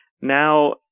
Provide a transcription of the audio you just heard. Now